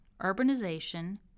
urbanization